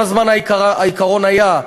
כל הזמן העיקרון היה: